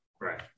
Right